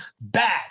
Bad